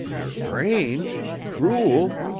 strange! cruel!